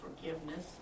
Forgiveness